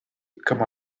come